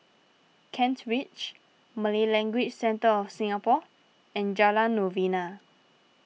Kent Ridge Malay Language Centre of Singapore and Jalan Novena